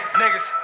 niggas